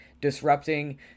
disrupting